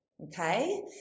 Okay